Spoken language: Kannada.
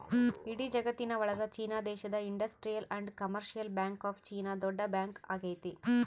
ಇಡೀ ಜಗತ್ತಿನ ಒಳಗ ಚೀನಾ ದೇಶದ industrial and commercial bank of China ದೊಡ್ಡ ಬ್ಯಾಂಕ್ ಆಗೈತೆ